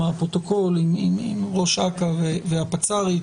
לפרוטוקול עם ראש אכ"א ועם הפצ"רית.